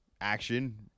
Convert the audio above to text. action